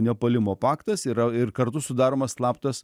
nepuolimo paktas yra ir kartu sudaromas slaptas